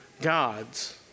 God's